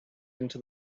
into